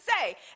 say